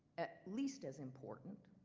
at least as important,